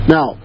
Now